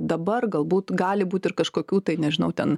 dabar galbūt gali būt ir kažkokių tai nežinau ten